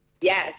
Yes